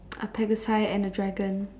a pegasi and a dragon